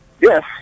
yes